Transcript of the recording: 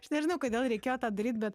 aš nežinau kodėl reikėjo tą daryt bet